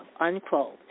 unquote